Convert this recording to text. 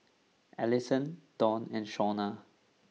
Allisson Donn and Shawna